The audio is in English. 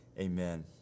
Amen